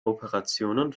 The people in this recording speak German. operationen